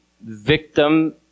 victim